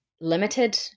limited